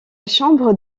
chambre